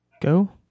Go